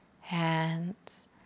hands